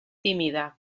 tímida